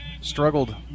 struggled